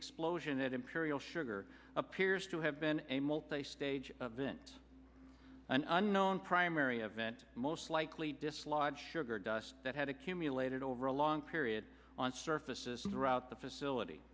explosion at imperial sugar appears to have been a multi stage of vince an unknown primary event most likely dislodge sugar dust that had accumulated over a long period on surfaces throughout the facility